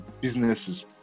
businesses